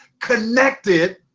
connected